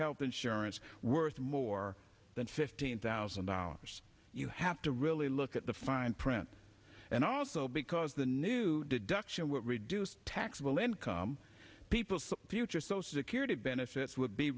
health insurance worth more than fifteen thousand dollars you have to really look at the fine print and also because the new deduction would reduce taxable income people's putri social security benefits would be